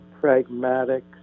pragmatic